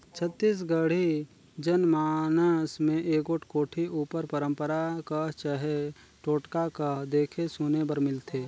छत्तीसगढ़ी जनमानस मे एगोट कोठी उपर पंरपरा कह चहे टोटका कह देखे सुने बर मिलथे